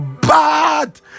bad